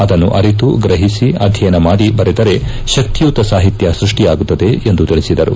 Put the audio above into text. ಅದನ್ನು ಅರಿತು ಗ್ರಹಿಸಿ ಅಧ್ಯಯನ ಮಾಡಿ ಬರೆದರೆ ಶಕ್ತಿಯುತ ಸಾಹಿತ್ಯ ಸೃಷ್ಷಿಯಾಗುತ್ತದೆ ಎಂದು ತಿಳಿಸಿದರು